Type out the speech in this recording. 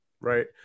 right